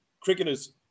cricketers